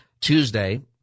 Tuesday